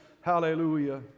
Hallelujah